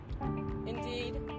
Indeed